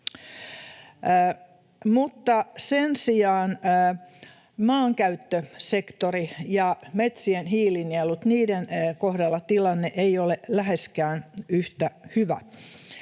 sen sijaan maankäyttösektorin ja metsien hiilinielujen kohdalla tilanne ei ole läheskään yhtä hyvä.